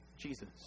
Jesus